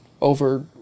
over